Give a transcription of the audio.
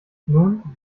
nun